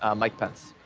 um mike pence.